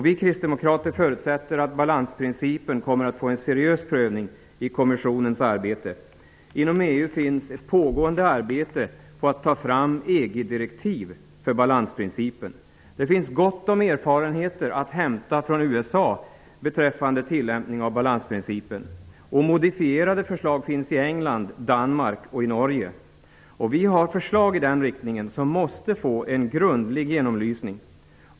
Vi kristdemokrater förutsätter att balansprincipen kommer att få en seriös prövning i kommissionens arbete. Inom EU pågår ett arbete med att ta fram EG-direktiv för balansprincipen. Det finns gott om erfarenheter att hämta från USA beträffande tillämpningen av balansprincipen. Modifierade förslag finns i England, Danmark och Norge. Vi har förslag i den riktningen som måste få en grundlig genomlysning.